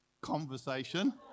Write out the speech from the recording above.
conversation